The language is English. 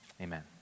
Amen